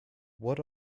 what